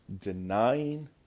denying